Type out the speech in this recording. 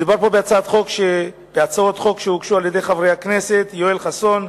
מדובר פה בהצעות חוק שהוגשו על-ידי חברי הכנסת יואל חסון,